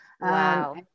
wow